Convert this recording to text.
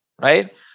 right